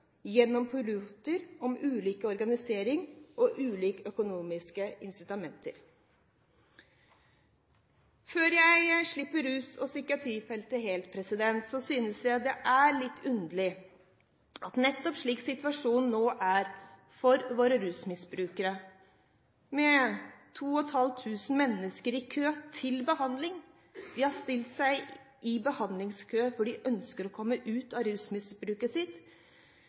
gjennom pilotprosjekter. Før jeg slipper rus- og psykiatrifeltet helt: Jeg synes det er litt underlig når situasjonen er slik for våre rusmisbrukere, med 2 500 i kø for behandling – de har stilt seg i behandlingskø fordi de ønsker å komme ut av rusmisbruket sitt